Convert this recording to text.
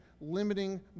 limiting